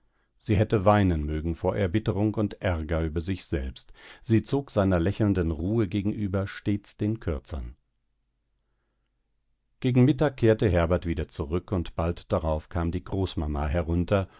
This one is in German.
sie hätte weinen mögen vor erbitterung und aerger über sich selbst sie zog seiner lächelnden ruhe gegenüber stets den kürzern gegen mittag kehrte herbert wieder zurück und bald darauf kam die großmama herunter